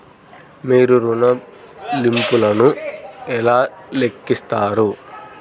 మీరు ఋణ ల్లింపులను ఎలా లెక్కిస్తారు?